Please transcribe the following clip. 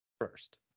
first